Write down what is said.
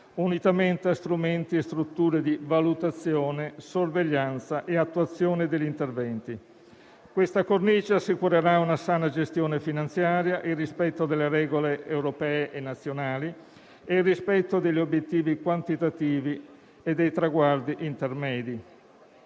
unitamente a strumenti e strutture di valutazione, sorveglianza e attuazione degli interventi. Questa cornice assicurerà una sana gestione finanziaria, il rispetto delle regole europee e nazionali e il rispetto degli obiettivi quantitativi e dei traguardi intermedi.